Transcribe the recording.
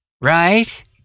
right